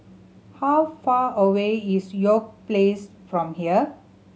how far away is York Place from here